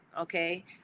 okay